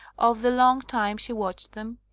of the long time she watched them,